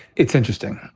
it's interesting.